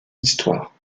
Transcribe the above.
histoire